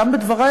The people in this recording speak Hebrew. גם בדברי,